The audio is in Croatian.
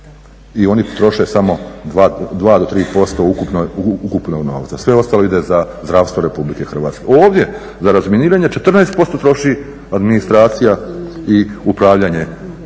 I oni troše samo 2 do 3% ukupnog novca, sve ostalo ide za zdravstvo RH. Ovdje za razminiranje 14% troši administracija i upravljanje